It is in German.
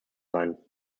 sein